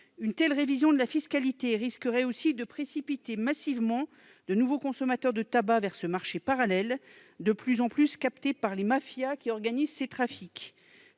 Une telle révision de la fiscalité risquerait aussi de précipiter massivement de nouveaux consommateurs de tabac vers ce marché parallèle, de plus en plus capté par les mafias qui organisent ces trafics.